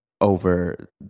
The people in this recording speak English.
over